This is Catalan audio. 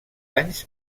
anys